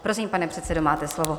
Prosím, pane předsedo, máte slovo.